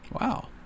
Wow